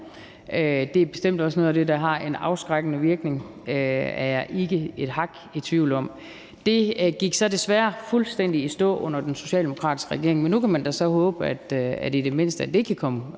Det er bestemt også noget af det, der har en afskrækkende virkning, er jeg ikke et hak i tvivl om. Det gik så desværre fuldstændig i stå under den socialdemokratiske regering, men nu kan man da så håbe, at der i det mindste kan komme